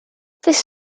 this